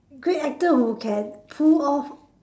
great actor who can pull off